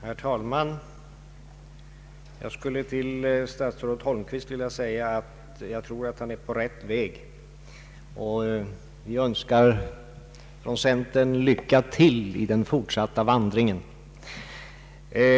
Herr talman! Jag skulle till herr statsrådet Holmqvist vilja säga att jag anser att han är på rätt väg och att vi från centern önskar honom lycka till på den fortsatta vandringen.